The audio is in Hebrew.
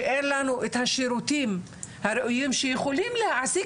שאין לנו את השירותים הראויים שיכולים להעסיק